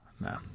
No